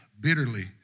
bitterly